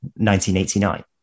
1989